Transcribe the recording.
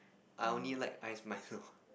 I only like ice milo